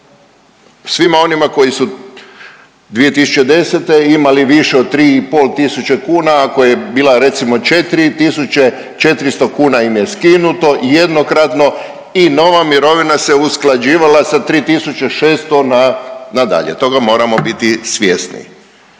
Svima onima koji su 2010. imali više od 3.500 kuna ako je bila recimo 4.000, 400 kuna im je skinuto jednokratno i nova mirovina se usklađivala sa 3.600 na, na dalje. Toga moramo biti svjesni.